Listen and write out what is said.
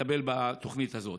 מטפל בתוכנית הזאת.